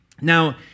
Now